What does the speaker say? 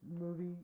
movie